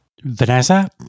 Vanessa